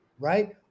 right